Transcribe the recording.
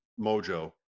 Mojo